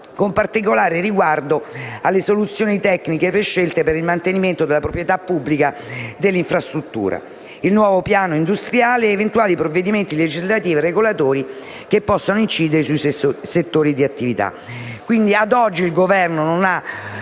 con particolare riguardo alle soluzioni tecniche prescelte per il mantenimento della proprietà pubblica dell'infrastruttura ferroviaria; il nuovo piano industriale; eventuali provvedimenti legislativi o regolatori che possano incidere sui settori di attività.